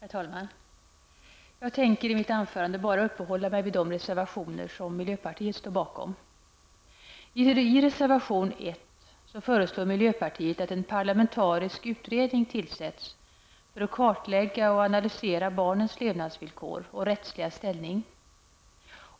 Herr talman! Jag tänker i mitt anförande bara uppehålla mig vid de reservationer som vi i miljöpartiet står bakom. I reservation nr 1 föreslår vi i miljöpartiet att en parlamentarisk utredning tillsätts för att kartlägga och analysera barnens levnadsvillkor och rättsliga ställning